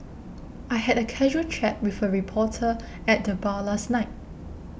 I had a casual chat with a reporter at the bar last night